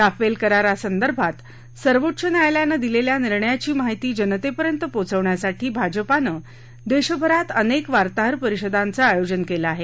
Rafale करारासंदर्भात सर्वोच्च न्यायालयानं दिलेल्या निर्णयाची माहिती जनतेपर्यंत पोचवण्यासाठी भाजपानं देशभरात अनेक वार्ताहर परिषदांचं आयोजन केलं आहे